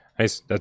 Nice